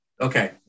Okay